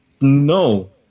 no